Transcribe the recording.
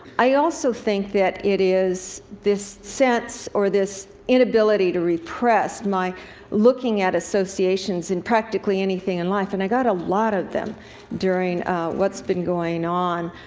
i also think that it is this sense or this inability to repress, my looking at associations in practically anything in life. and i got a lot of them during what's been going on